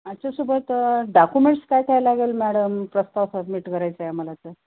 याच्यासोबत डाक्युमेंट्स काय काय लागेल मॅडम प्रस्ताव सबमिट करायचा आहे मला तर